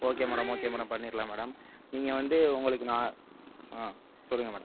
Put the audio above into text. okay madam okay madam பண்ணிடலாம் madam நீங்கள் வந்து உங்களுக்கு நான் ஆ சொல்லுங்கள் மேடம்